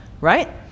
right